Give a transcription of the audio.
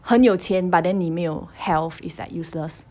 很有钱 but then 你没有 health is like useless